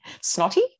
Snotty